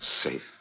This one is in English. Safe